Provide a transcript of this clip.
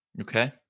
Okay